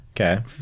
Okay